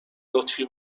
لطفی